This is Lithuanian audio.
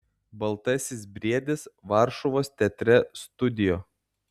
baltasis briedis varšuvos teatre studio